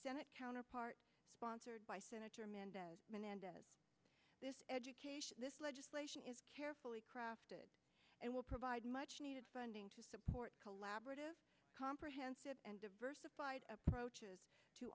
janet counterpart sponsored by senator menendez menendez education this legislation is carefully crafted will provide much needed funding to support collaborative comprehensive and diversified approaches to